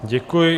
Děkuji.